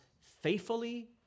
faithfully